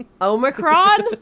Omicron